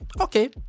okay